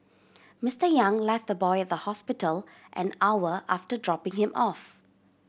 Mister Yang left the boy at the hospital an hour after dropping him off